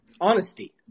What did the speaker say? honesty